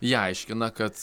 jie aiškina kad